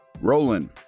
Roland